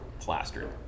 Plastered